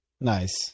nice